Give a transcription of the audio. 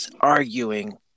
arguing